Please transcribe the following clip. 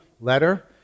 letter